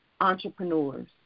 entrepreneurs